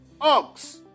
ox